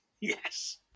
yes